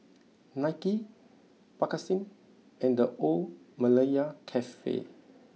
Nike Bakerzin and The Old Malaya Cafe